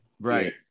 Right